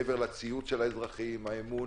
מעבר לציות של האזרחים ולאמון,